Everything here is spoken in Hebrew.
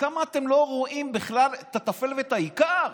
כמה אתם לא רואים בכלל את הטפל ואת העיקר.